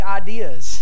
ideas